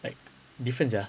like different sia